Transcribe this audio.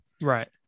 Right